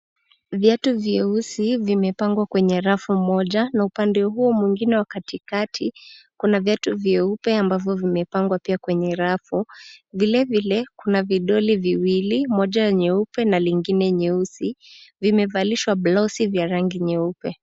Vaitu vyeusi vimepangwa kwenye rafu moja na upande huu mwingine wa katikati kuna viatu vyeupe ambavyo vimepangwa pia kwenye rafu. Vilevile kuna vidoli viwili, moja nyeupe na lingine nyeusi. Vimevalishwa blauzi vya rangi nyeupe.